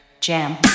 Jam